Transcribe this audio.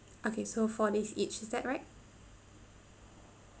okay so for this age is that right